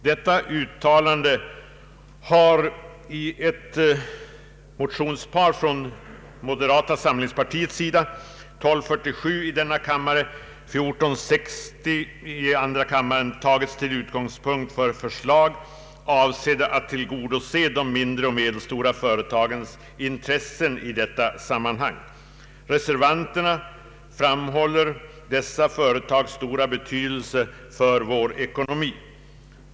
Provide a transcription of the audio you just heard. Detta uttalande har i ett motionspar — nr 1247 i denna kammare och nr 1460 i andra kammaren — tagits till utgångspunkt för förslag avsedda att tillgodose de mindre och medelstora företagens intressen i detta sammanhang. Reservanterna understryker dessa företags stora betydelse för vår ekonomi.